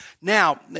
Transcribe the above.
Now